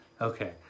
Okay